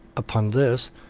upon this,